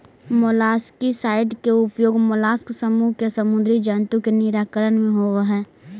molluscicide के उपयोग mollusc समूह के समुदी जन्तु के निराकरण में होवऽ हई